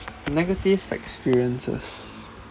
negative experiences